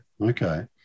okay